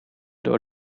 door